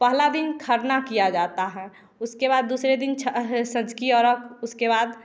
पहला दिन खरना किया जाता है उसके बाद दूसरे दिन सझकी अर्घ उसके बाद